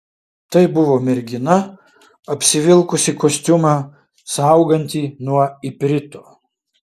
tai buvo mergina apsivilkusi kostiumą saugantį nuo iprito